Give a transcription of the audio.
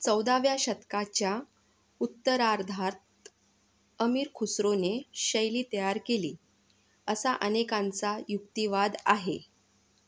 चौदाव्या शतकाच्या उत्तरार्धात अमीर खुसरोने शैली तयार केली असा अनेकांचा युक्तिवाद आहे